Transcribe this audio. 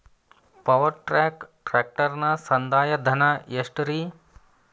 Power track ಟ್ರ್ಯಾಕ್ಟರನ ಸಂದಾಯ ಧನ ಎಷ್ಟ್ ರಿ?